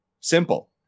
Simple